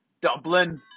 Dublin